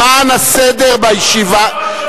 למען הסדר בישיבה,